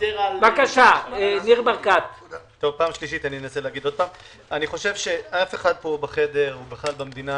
אני חושב שאף אחד פה בחדר או בכלל במדינה